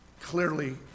clearly